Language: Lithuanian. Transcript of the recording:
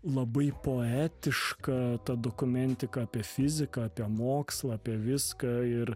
labai poetiška ta dokumentika apie fiziką apie mokslą apie viską ir